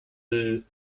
except